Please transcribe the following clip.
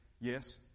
Yes